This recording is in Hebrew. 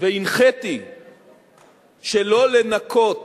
והנחיתי שלא לנכות